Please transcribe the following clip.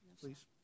please